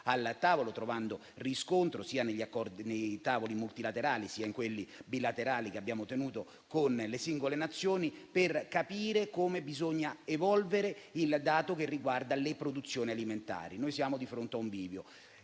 al tavolo, trovando riscontro sia nei tavoli multilaterali, sia in quelli bilaterali che abbiamo ottenuto con le singole Nazioni, per capire come si deve evolvere il dato che riguarda le produzioni alimentari. Siamo di fronte a un bivio